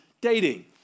dating